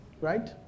Right